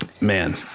Man